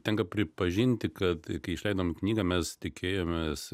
tenka pripažinti kad kai išleidome knygą mes tikėjomės